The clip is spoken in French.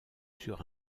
sur